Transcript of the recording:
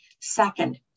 Second